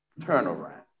turnaround